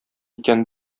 икән